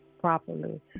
properly